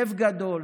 לב גדול